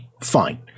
fine